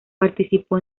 participó